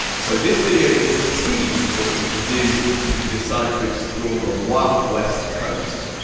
so this video is a tease of what you can do if you decide to explore the wild west coast.